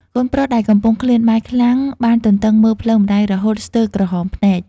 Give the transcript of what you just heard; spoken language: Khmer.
កូនប្រុសដែលកំពុងឃ្លានបាយខ្លាំង បានទន្ទឹងមើលផ្លូវម្ដាយរហូតស្ទើរក្រហមភ្នែក។